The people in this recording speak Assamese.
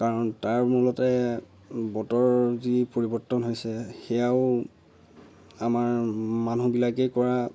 কাৰণ তাৰ মূলতে বতৰৰ যি পৰিবৰ্তন হৈছে সেয়াও আমাৰ মানুহবিলাকেই কৰা